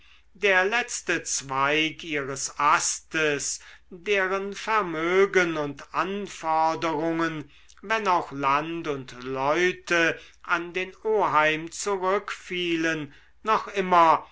der letzte zweig ihres astes deren vermögen und anforderungen wenn auch land und leute an den oheim zurückfielen noch immer